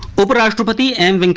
but after but the end of and